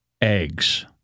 eggs